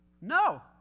No